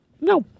No